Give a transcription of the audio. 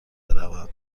بروم